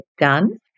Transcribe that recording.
done